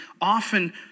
often